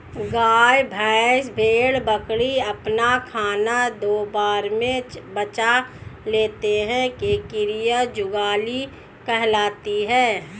गाय, भैंस, भेड़, बकरी अपना खाना दो बार में पचा पाते हैं यह क्रिया जुगाली कहलाती है